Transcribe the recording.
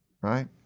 right